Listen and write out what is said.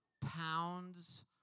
pounds